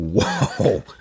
whoa